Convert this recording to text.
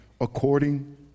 according